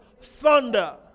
thunder